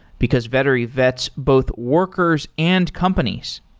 because vettery vets both workers and companies.